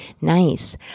Nice